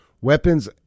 Weapons